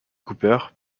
cooper